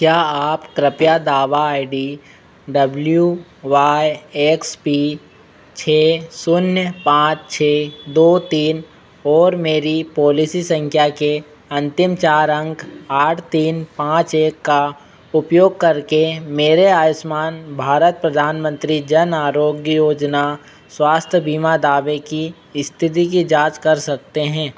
क्या आप कृपया दावा I D W Y X P छः शून्य पाँच छः दो तीन और मेरी पॉलिसी संख्या के अंतिम चार अंक आठ तीन पाँच एक का उपयोग करके मेरे आयुष्मान भारत प्रधानमंत्री जन आरोग्य योजना स्वास्थ्य बीमा दावे की स्थिति की जाँच कर सकते हैं